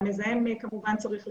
והמזהם צריך לשלם.